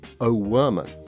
O'Werman